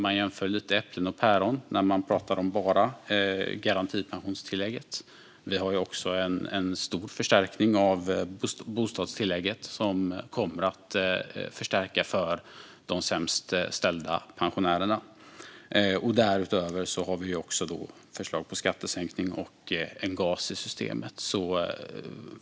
Man jämför lite äpplen och päron när man pratar om bara garantipensionstillägget. Vi har ju också en stor förstärkning av bostadstillägget, som kommer att förstärka för de sämst ställda pensionärerna. Därutöver har vi också förslag på skattesänkning och en gas i systemet.